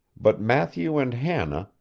but matthew and hannah,